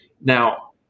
Now